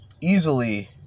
easily